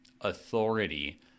authority